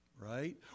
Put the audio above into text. Right